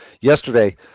yesterday